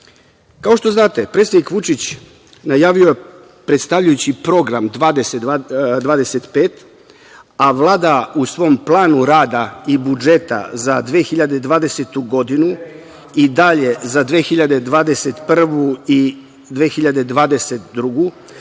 što znate, predsednik Vučić najavio je, predstavljajući program 20-25, a Vlada u svom planu rada i budžeta za 2020. godinu i dalje za 2021. i 2022. godinu